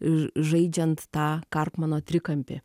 žaidžiant tą kartmano trikampį